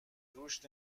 روش